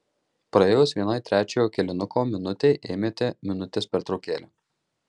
praėjus vienai trečiojo kėlinuko minutei ėmėte minutės pertraukėlę